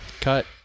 Cut